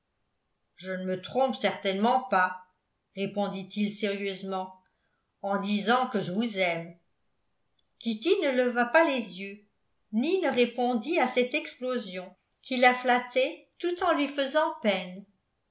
je ne me trompe certainement pas répondit-il sérieusement en disant que je vous aime kitty ne leva pas les yeux ni ne répondit à cette explosion qui la flattait tout en lui faisant peine